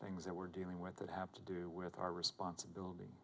things that we're dealing with that have to do with our responsibility